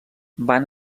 van